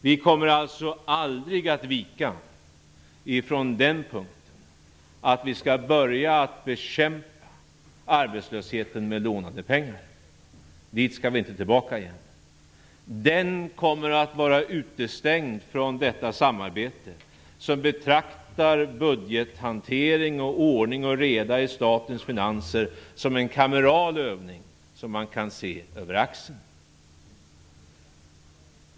Vi kommer alltså aldrig att vika från den ståndpunkten att vi inte skall börja bekämpa arbetslösheten med lånade pengar. Dit skall vi inte tillbaka igen. Den kommer att vara utestängd från samarbetet som betraktar budgethanteringen och ordning och reda i statens finanser som en kameral övning som man kan se över axeln.